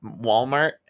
Walmart